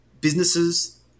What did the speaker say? businesses